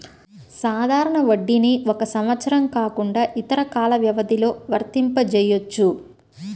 సాధారణ వడ్డీని ఒక సంవత్సరం కాకుండా ఇతర కాల వ్యవధిలో వర్తింపజెయ్యొచ్చు